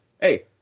Hey